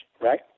right